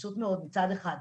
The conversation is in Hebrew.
פשוט מאוד וזה מצד אחד.